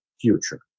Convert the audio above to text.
future